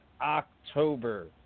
October